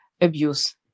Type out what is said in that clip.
abuse